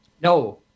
No